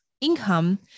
income